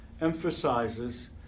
emphasizes